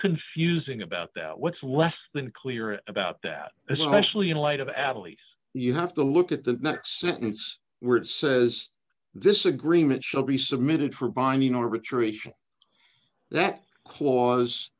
confusing about that what's less than clear about that especially in light of adelies you have to look at the next sentence were it says this agreement shall be submitted for binding arbitration that cla